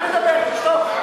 אל תדבר, תשתוק.